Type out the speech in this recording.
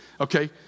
Okay